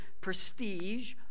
prestige